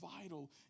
vital